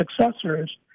successors